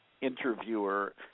interviewer